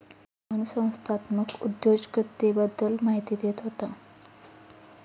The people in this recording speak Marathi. मोहन संस्थात्मक उद्योजकतेबद्दल माहिती देत होता